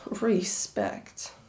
respect